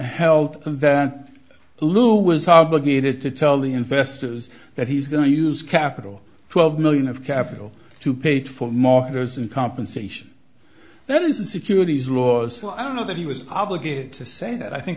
held that the law was obligated to tell the investors that he's going to use capital twelve million of capital to paid for mourners in compensation that isn't securities laws so i don't know that he was obligated to say that i think